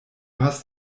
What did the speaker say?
hast